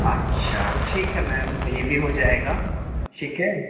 اچھا ٹھیک ہے میم یہ بھی ہو جائے گا ٹھیک ہے